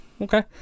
Okay